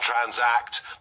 transact